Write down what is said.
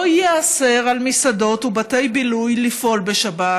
לא ייאסר על מסעדות ובתי בילוי לפעול בשבת,